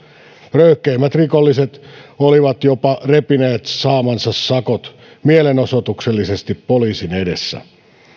röyhkeimmät rikolliset olivat jopa repineet saamansa sakot mielenosoituksellisesti poliisin edessä